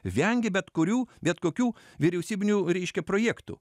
vengia bet kurių bet kokių vyriausybinių reiškia projektų